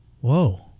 Whoa